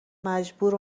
مجبور